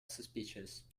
suspicious